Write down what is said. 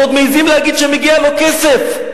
ועוד מעזים להגיד שמגיע לו כסף,